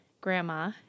grandma